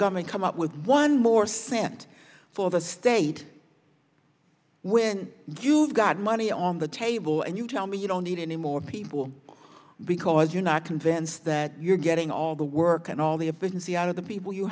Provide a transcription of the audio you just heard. government come up with one more sand for the state when you've got money on the table and you tell me you don't need any more people because you're not convinced that you're getting all the work and all the efficiency out of the people you